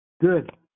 Good